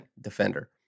defender